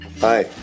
Hi